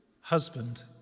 Husband